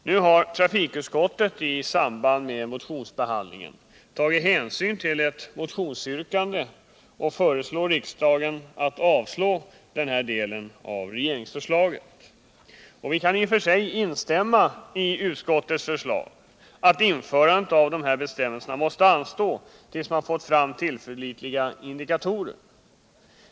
Nu har trafikutskottet i samband med motionsbehandlingen tagit hänsyn till ett motionsyrkande och föreslår riksdagen att avslå den här delen av regeringsförslaget. Vi kan i och för sig instämma i utskottets förslag att införandet av dessa bestämmelser måste anstå, tills man fått fram tillförlitliga indikatorer.